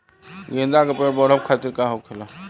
गेंदा का पेड़ बढ़अब खातिर का होखेला?